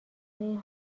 این